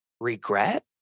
Regret